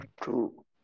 True